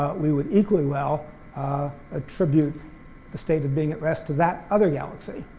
we would equally well attribute the state of being at rest to that other galaxy.